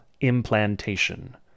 implantation